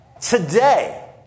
today